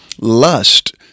lust